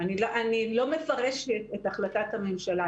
אני לא מפרשת את החלטת הממשלה,